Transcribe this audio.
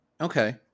Okay